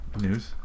News